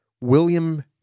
William